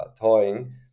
toying